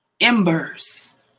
embers